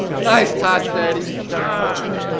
nice, todds daddy, ahh!